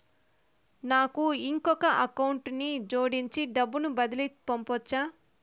నాకు ఇంకొక అకౌంట్ ని జోడించి డబ్బును బదిలీ పంపొచ్చా?